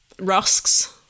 Rusks